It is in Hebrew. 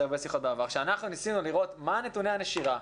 הרבה שיחות בעבר כשאנחנו ניסינו לראות את נתוני הנשירה,